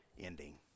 ending